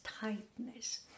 tightness